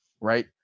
right